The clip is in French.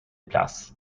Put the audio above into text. places